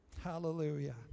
Hallelujah